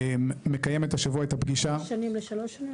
מקיימת השבוע את הפגישה --- מחמש שנים לשלוש שנים?